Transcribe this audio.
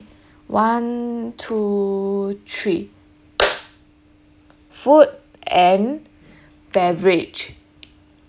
one two three food and beverage